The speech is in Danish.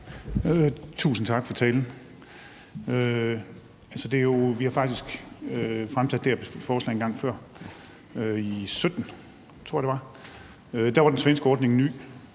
Tusind tak for talen. Vi har faktisk fremsat det her forslag engang før – i 2017, tror jeg det var. Der var den svenske ordning ny.